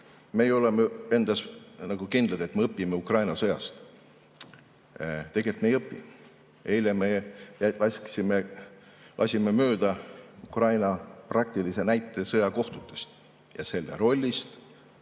Meie oleme kindlad, et me õpime Ukraina sõjast. Tegelikult me ei õpi. Eile me lasime mööda Ukraina praktilise näite sõjakohtute ja selle rolli